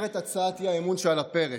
האי-אמון שעל הפרק.